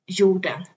jorden